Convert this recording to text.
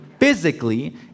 physically